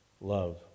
love